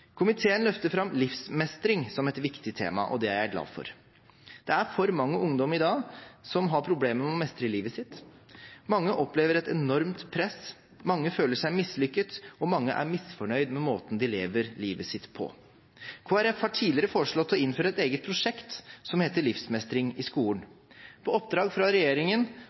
Komiteen løfter fram livsmestring som et viktig tema, og det er jeg glad for. Det er for mange ungdommer i dag som har problemer med å mestre livet sitt. Mange opplever et enormt press, mange føler seg mislykket, og mange er misfornøyd med måten de lever livet sitt på. Kristelig Folkeparti har tidligere foreslått å innføre et eget prosjekt som heter «Livsmestring i skolen». På oppdrag fra regjeringen